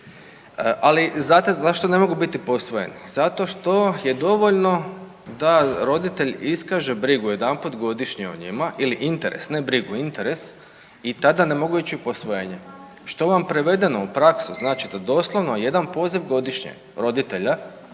zašto ne mogu biti posvojeni? Zato što je dovoljno da roditelj iskaže brigu jedanput godišnje o njima ili interes, ne brigu interes i tada ne mogu ići u posvojenje. Što vam prevedeno u praksi znači da doslovno jedan poziv godišnje roditelja